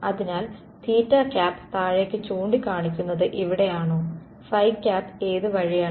അതിനാൽ താഴേക്ക് ചൂണ്ടിക്കാണിക്കുന്നത് ഇവിടെയാണോ ഏത് വഴിയാണ്